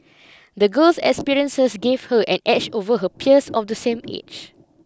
the girl's experiences gave her an edge over her peers of the same age